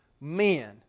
men